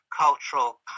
cultural